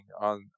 on